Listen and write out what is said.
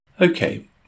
Okay